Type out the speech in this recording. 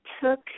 took